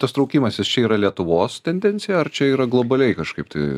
tas traukimasis čia yra lietuvos tendencija ar čia yra globaliai kažkaip tai